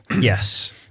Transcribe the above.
Yes